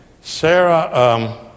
Sarah